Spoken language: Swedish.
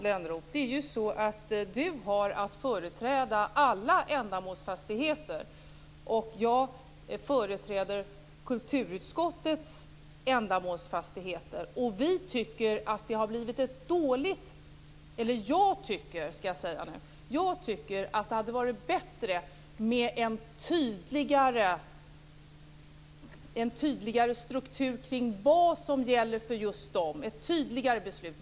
Herr talman! Kära Johan Lönnroth! Du har att företräda alla ändamålsfastigheter, och jag företräder kulturutskottets ändamålsfastigheter. Jag tycker att det hade varit bättre med en tydligare struktur, ett tydligare beslut, kring vad som gäller för just dem.